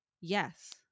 yes